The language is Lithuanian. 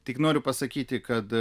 tik noriu pasakyti kad